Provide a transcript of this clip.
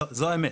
זו האמת.